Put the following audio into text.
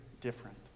different